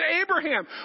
Abraham